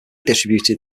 distributed